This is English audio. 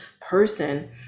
person